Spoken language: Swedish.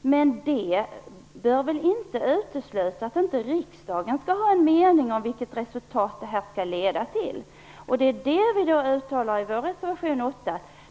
Men det bör väl inte utesluta att riksdagen skall ha en mening om vilket resultat detta skall leda till. Det är det vi gör ett uttalande om i vår reservation, nr 8.